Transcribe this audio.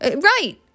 right